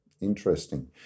Interesting